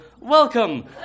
welcome